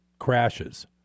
crashes